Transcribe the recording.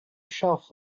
shelf